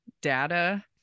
data